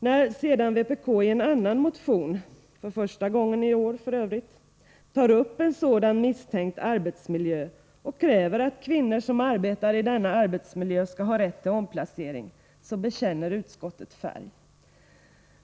När vpk sedan i en annan motion, för första gången i år, tar upp en sådan misstänkt arbetsmiljö och kräver att kvinnor som arbetar i denna miljö skall ha rätt till omplacering, bekänner utskottet färg.